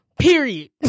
Period